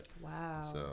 Wow